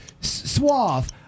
Suave